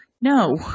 No